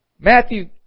Matthew